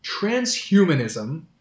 transhumanism